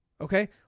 okay